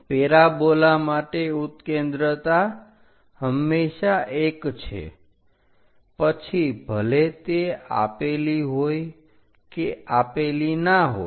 parabola માટે ઉત્કેન્દ્રતા હંમેશા 1 છે પછી ભલે તે આપેલી હોય કે આપેલી ના હોય